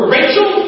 Rachel